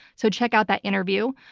so check out that interview.